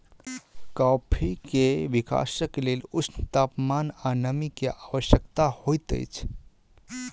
coffee के विकासक लेल ऊष्ण तापमान आ नमी के आवश्यकता होइत अछि